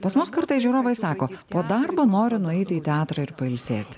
pas mus kartais žiūrovai sako po darbo noriu nueiti į teatrą ir pailsėti